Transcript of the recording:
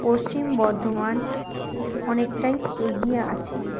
পশ্চিম বর্ধমান অনেকটাই এগিয়ে আছে